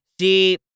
see